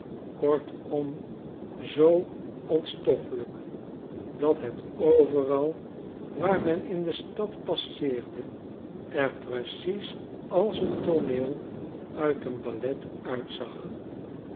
kortom zoo onstoffelijk dat het overal waar men in de stad passeerde er precies als een tooneel uit een ballet uitzag